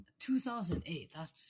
2008